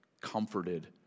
comforted